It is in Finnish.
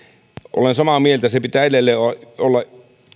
olen samaa mieltä että sen pitää edelleen olla